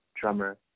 drummer